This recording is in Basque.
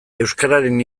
euskararen